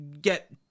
get